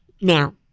now